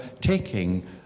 taking